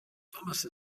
thomas